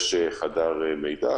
יש חדר מידע.